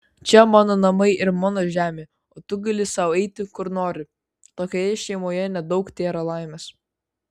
čia mano namai ir mano žemė o tu gali sau eiti kur nori tokioje šeimoje nedaug tėra laimės